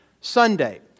Sunday